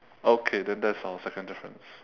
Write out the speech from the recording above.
okay then that's our second difference